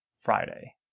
Friday